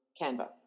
Canva